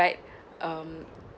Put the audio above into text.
um